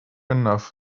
enough